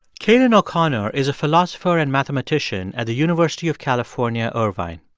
cailin o'connor is a philosopher and mathematician at the university of california, irvine.